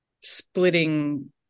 splitting